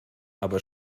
aber